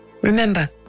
Remember